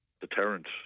deterrent